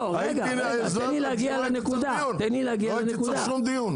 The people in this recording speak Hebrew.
היית אומר את זה בתחילת הדיון ולא היינו צריכים לדון.